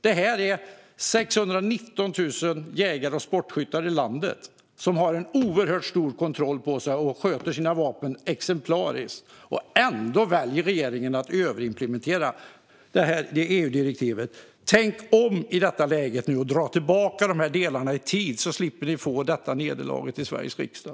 Det finns 619 000 jägare och sportskyttar i landet. De har en oerhört stor kontroll på sig och sköter sina vapen exemplariskt. Ändå väljer regeringen att överimplementera EU-direktivet. Tänk om och dra tillbaka dessa delar i tid! Då slipper ni få detta nederlag i Sveriges riksdag.